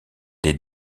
des